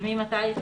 וממתי?